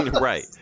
Right